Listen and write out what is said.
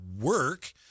work